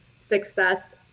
success